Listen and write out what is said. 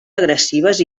agressives